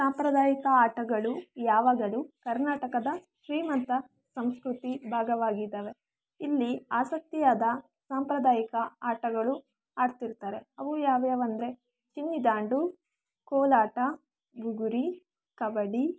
ಸಾಂಪ್ರದಾಯಿಕ ಆಟಗಳು ಯಾವಾಗಲೂ ಕರ್ನಾಟಕದ ಶ್ರೀಮಂತ ಸಂಸ್ಕೃತಿ ಭಾಗವಾಗಿದ್ದಾವೆ ಇಲ್ಲಿ ಆಸಕ್ತಿಯಾದ ಸಾಂಪ್ರದಾಯಿಕ ಆಟಗಳು ಆಡ್ತಿರ್ತಾರೆ ಅವು ಯಾವ್ಯಾವಂದ್ರೆ ಚಿನ್ನಿ ದಾಂಡು ಕೋಲಾಟ ಬುಗುರಿ ಕಬಡ್ಡಿ